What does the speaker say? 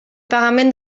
pagament